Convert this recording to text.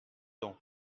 temps